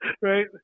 right